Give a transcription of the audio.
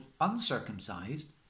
uncircumcised